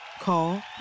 Call